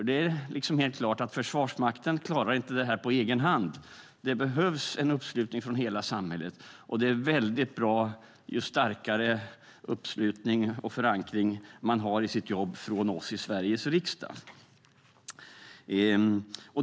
Det är helt klart att Försvarsmakten inte klarar det här på egen hand. Det behövs en uppslutning från hela samhället, och det är desto bättre ju starkare uppslutning och förankring man har i sitt arbete från oss i Sveriges riksdag.